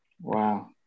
Wow